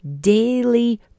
daily